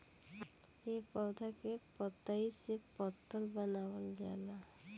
ए पौधा के पतइ से पतल बनावल जाला